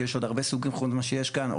כי יש עוד הרבה סוגים חוץ ממה שיש כאן,